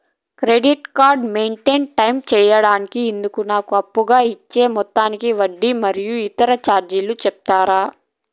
Credit card maintain time సేయడానికి ఇందుకు నాకు అప్పుగా ఇచ్చే మొత్తానికి వడ్డీ మరియు ఇతర చార్జీలు సెప్తారా?